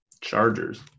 Chargers